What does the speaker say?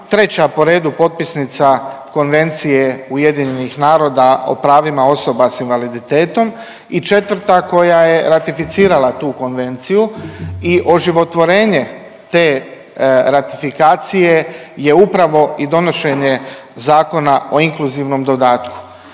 3. po redu potpisnica Konvencije UN-a o pravima osoba s invaliditetom i 4. koja je ratificirala tu Konvenciju i oživotvorenje te ratifikacije je upravo i donošenje Zakona o inkluzivnom dodatku.